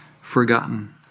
forgotten